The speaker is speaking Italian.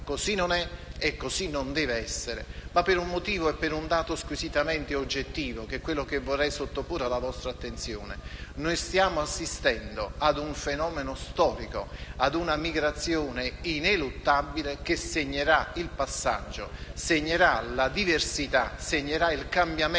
Così non è e così non deve essere per un motivo e un dato squisitamente oggettivi, che vorrei sottoporre alla vostra attenzione. Noi stiamo assistendo a un fenomeno storico, a una migrazione ineluttabile che segnerà il passaggio, la diversità e il cambiamento